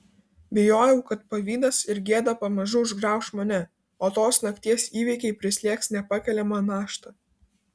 bijojau kad pavydas ir gėda pamažu užgrauš mane o tos nakties įvykiai prislėgs nepakeliama našta